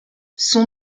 son